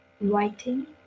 Writing